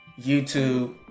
YouTube